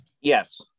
Yes